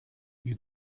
you